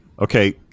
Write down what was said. Okay